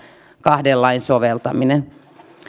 kahden lain soveltaminen voi